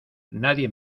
nadie